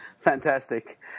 Fantastic